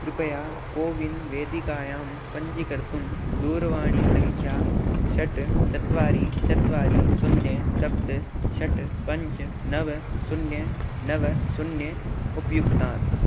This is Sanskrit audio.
कृपया कोविन् वेदिकायां पञ्जीकर्तुं दूरवाणीसङ्ख्या षट् चत्वारि चत्वारि शून्यं सप्त षट् पञ्च नव शून्यं नव शून्यं उपयुक्तात्